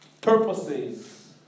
purposes